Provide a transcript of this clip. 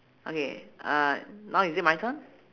okay uh now is it my turn